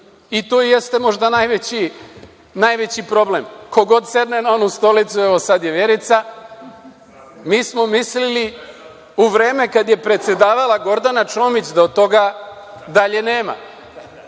i to jeste možda najveći problem. Ko god sedne na onu stolicu, evo sad je Vjerica, mi smo mislili u vreme kad je predsedavala Gordana Čomić da od toga dalje nema,